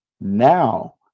Now